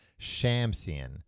Shamsian